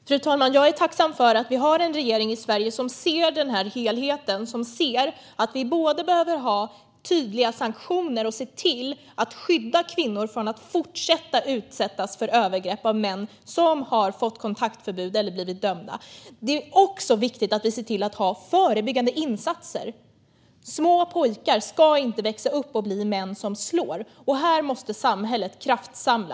Fru talman! Jag är tacksam för att vi har en regering i Sverige som ser den här helheten. Vi behöver ha tydliga sanktioner och skydda kvinnor från att fortsätta utsättas för övergrepp av män som har fått kontaktförbud eller blivit dömda, och det är viktigt att se till att vi har förebyggande insatser. Små pojkar ska inte växa upp och bli män som slår. Här måste samhället kraftsamla.